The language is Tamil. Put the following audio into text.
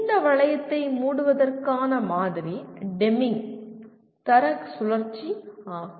இந்த வளையத்தை மூடுவதற்கான மாதிரி டெமிங்கின் தர சுழற்சி ஆகும்